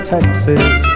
Texas